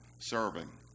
serving